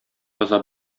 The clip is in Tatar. яза